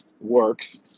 works